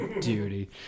Duty